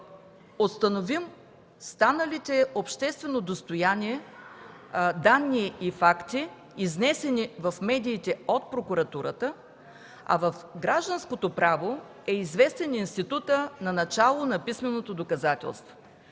установим станалите обществено достояние данни и факти, изнесени в медиите от прокуратурата, а в гражданското право е известен институтът на начало на писменото доказателство.